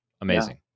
Amazing